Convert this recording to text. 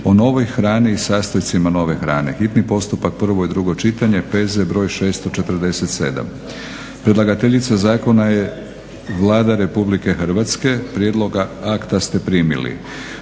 o novoj hrani i sastojcima nove hrane, hitni postupak, prvo i drugo čitanje, P.Z. br. 647 Predlagateljica zakona je Vlada Republike Hrvatske prijedloge akta ste primili.